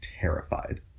terrified